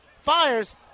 fires